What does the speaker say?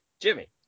jimmy